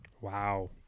Wow